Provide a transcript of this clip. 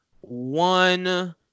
one